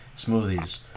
smoothies